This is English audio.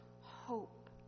hope